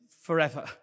forever